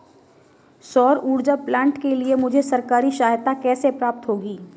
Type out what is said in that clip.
सौर ऊर्जा प्लांट के लिए मुझे सरकारी सहायता कैसे प्राप्त होगी?